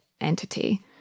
entity